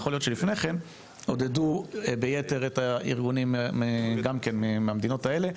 יכול להיות לפני כן עודדו ביתר את הארגונים גם כן מהמדינות האלה.